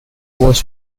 was